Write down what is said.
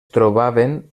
trobaven